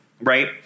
right